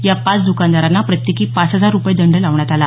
या पाच दुकानदारांना प्रत्येकी पाच हजार रुपये दंड लावण्यात आला